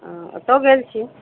आ ओतहुँ गेल छी